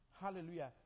Hallelujah